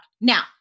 Now